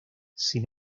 sin